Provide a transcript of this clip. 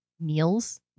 meals